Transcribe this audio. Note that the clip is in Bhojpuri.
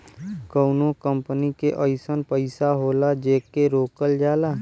कउनो कंपनी के अइसन पइसा होला जेके रोकल जाला